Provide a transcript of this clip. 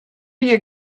you